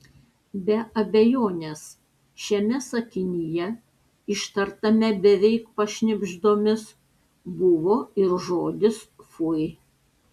be abejonės šiame sakinyje ištartame beveik pašnibždomis buvo ir žodis fui